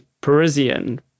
Parisian